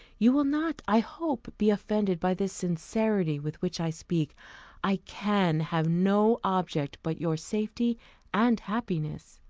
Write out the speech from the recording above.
you will not, i hope, be offended by the sincerity with which i speak i can have no object but your safety and happiness.